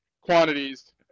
quantities